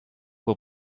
will